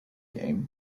game